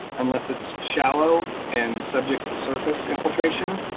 unless it's shallow and subject to surface infiltration,